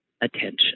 attention